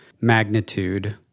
magnitude